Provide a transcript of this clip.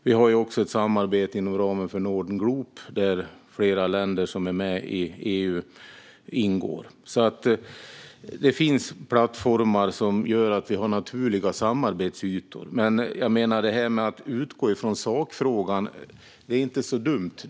Vi har även ett samarbete inom ramen för Northern Group, där flera länder som är med i EU ingår. Det finns plattformar som gör att vi har naturliga samarbetsytor. Men att utgå från sakfrågan är inte så dumt.